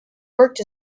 worked